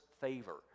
favor